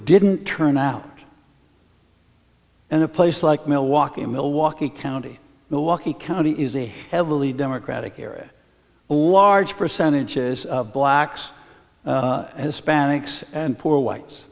didn't turn out in a place like milwaukee in milwaukee county milwaukee county is a heavily democratic area percentages of blacks hispanics and poor whites